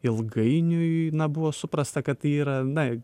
ilgainiui na buvo suprasta kad tai yra na